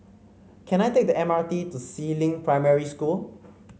can I take the M R T to Si Ling Primary School